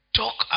talk